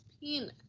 penis